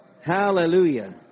hallelujah